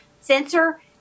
sensor